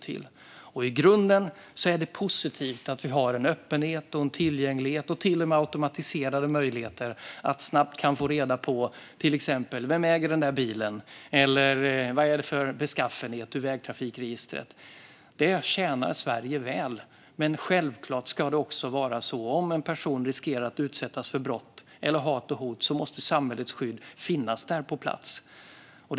I grunden är det positivt att vi har en öppenhet, en tillgänglighet och till och med automatiserade möjligheter att ur vägtrafikregistret snabbt få reda på exempelvis vem som äger den där bilen eller vad den har för beskaffenhet. Det tjänar Sverige väl. Men självklart måste också samhällets skydd finnas på plats om en person riskerar att utsättas för brott, hat eller hot.